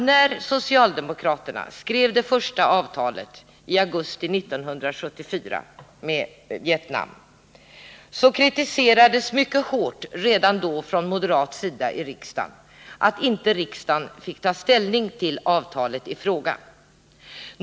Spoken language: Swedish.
När socialdemokraterna skrev det första avtalet med Vietnam i augusti 1974, kritiserade moderaterna i riksdagen redan då mycket hårt att riksdagen inte fick ta ställning till avtalet.